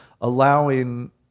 allowing